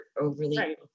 overly